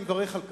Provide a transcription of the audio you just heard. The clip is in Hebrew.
אני מברך על כך,